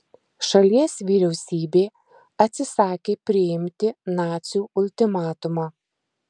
šalies vyriausybė atsisakė priimti nacių ultimatumą